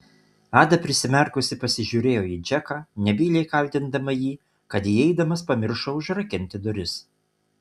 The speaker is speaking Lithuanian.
ada prisimerkusi pasižiūrėjo į džeką nebyliai kaltindama jį kad įeidamas pamiršo užrakinti duris